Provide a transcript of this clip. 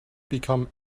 become